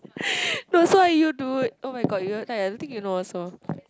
no so are you dude oh-my-god you are I don't think you know also